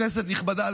כנסת נכבדה,